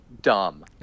dumb